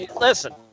listen